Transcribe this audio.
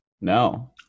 no